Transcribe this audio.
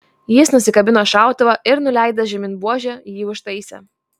jis nusikabino šautuvą ir nuleidęs žemyn buožę jį užtaisė